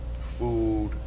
food